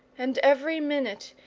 and every minute,